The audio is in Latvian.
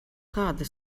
kāda